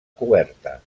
coberta